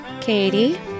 Katie